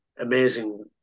amazing